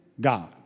God